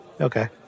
Okay